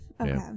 okay